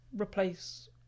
replace